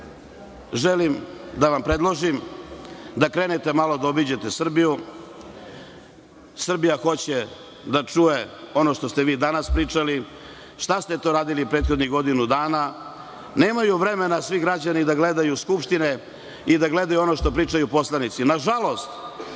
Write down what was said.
želim da vam predložim da krenete i da obiđete Srbiju. Srbija hoće da čuje ono što ste vi danas pričali, šta ste to radili u prethodnih godinu dana. Nemaju vremena svi građani da gledaju Skupštine i da gledaju ono što pričaju poslanici. Nažalost,